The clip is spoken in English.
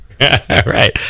Right